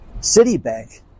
Citibank